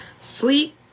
Sleep